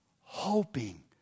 hoping